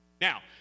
Now